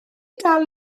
dal